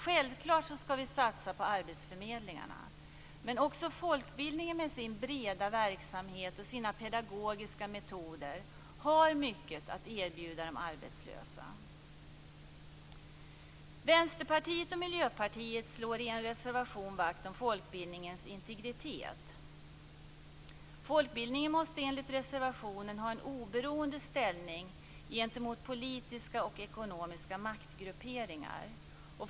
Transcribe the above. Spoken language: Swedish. Självklart skall vi satsa på arbetsförmedlingarna, men också folkbildningen med sin breda verksamhet och sina pedagogiska metoder har mycket att erbjuda de arbetslösa. Vänsterpartiet och Miljöpartiet slår i en reservation vakt om folkbildningens integritet. Folkbildningen måste enligt reservationen ha en oberoende ställning gentemot politiska och ekonomiska maktgrupperingar.